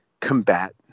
combat